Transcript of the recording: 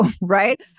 Right